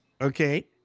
Okay